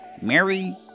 Mary